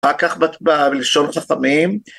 אחר כך בלשון חכמים